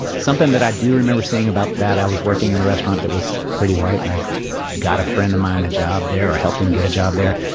something that i do remember seeing about that i was working in a restaurant that was pretty white and i got a friend of mine a job there. i helped him get a job there.